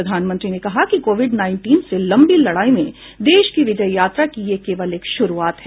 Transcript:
प्रधानमंत्री ने कहा कि कोविड उन्नीस से लंबी लड़ाई में देश की विजय यात्रा की यह केवल एक शुरुआत है